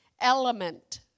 Element